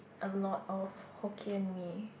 a lot of Hokkien-Mee